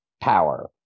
Power